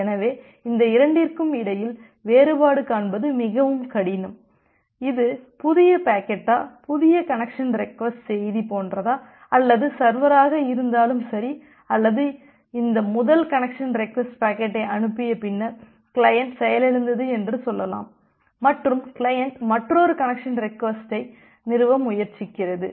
எனவே இந்த இரண்டிற்கும் இடையில் வேறுபாடு காண்பது மிகவும் கடினம் இது புதிய பாக்கெட்டா புதிய கனெக்சன் ரெக்வஸ்ட் செய்தி போன்றதா அல்லது சர்வராக இருந்தாலும் சரி அல்லது இந்த முதல் கனெக்சன் ரெக்வஸ்ட் பாக்கெட்டை அனுப்பிய பின்னர் கிளையன்ட் செயலிழந்தது என்று சொல்லலாம் மற்றும் கிளையன்ட் மற்றொரு கனெக்சன் ரெக்வஸ்ட்யை நிறுவ முயற்சிக்கிறது